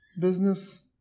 business